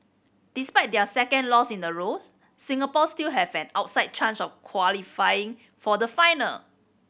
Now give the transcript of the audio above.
despite their second loss in a row Singapore still have an outside chance of qualifying for the final